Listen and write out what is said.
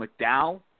McDowell